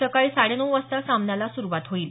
सकाळी साडे नऊ वाजता सामन्याला सुरुवात होईल